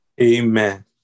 Amen